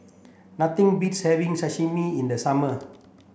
nothing beats having Sashimi in the summer